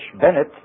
Bennett